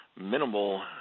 minimal